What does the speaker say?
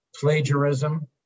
plagiarism